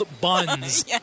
buns